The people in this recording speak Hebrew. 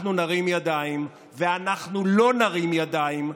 כשאנחנו נרים ידיים, ואנחנו לא נרים ידיים.